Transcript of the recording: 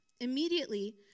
Immediately